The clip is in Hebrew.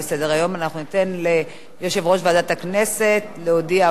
אנחנו ניתן ליושב-ראש ועדת הכנסת להודיע הודעה,